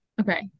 Okay